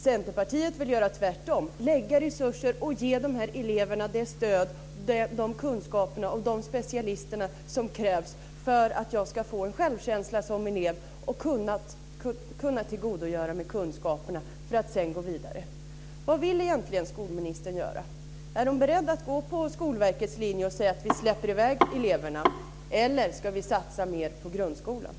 Centerpartiet vill göra tvärtom - tillföra resurser och ge dessa elever det stöd, de kunskaper och de specialister som krävs för att de ska få en självkänsla och kunna tillgodogöra sig kunskaper för att sedan gå vidare.